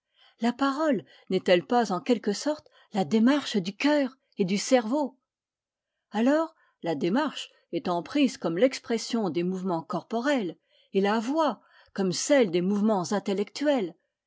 la parole n'est-elle pas en quelque sorte la démarche du cœur et du cerveau alors la démarche étant prise comme l'expression des mouvements corporels et la voix comme celle des mouvements intellectuels